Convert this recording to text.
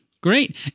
Great